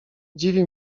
dziwi